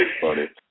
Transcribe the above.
funny